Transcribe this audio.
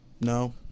No